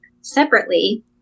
separately